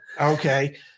okay